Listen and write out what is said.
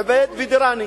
עובייד ודיראני.